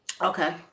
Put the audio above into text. Okay